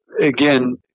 again